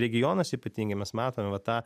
regionuose ypatingai mes matome va tą